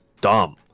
dumb